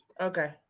okay